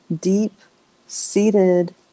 deep-seated